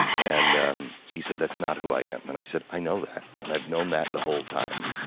and um he said, that's not who i am. and i said, i know that and i've known that the whole time.